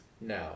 No